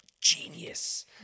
genius